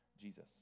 Jesus